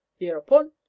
thereupon